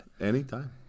Anytime